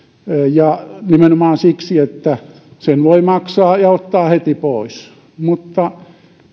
nimenomaan siksi että sen voi maksaa ja ottaa heti pois mutta